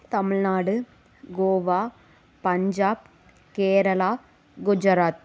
Tamil Nadu Goa Punjab Kerala Gujarat